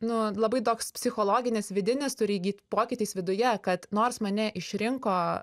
nu labai toks psichologinis vidinis turi įgyt pokytis viduje kad nors mane išrinko